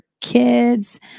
kids